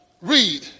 read